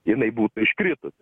jinai būtų iškritusi